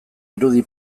irudi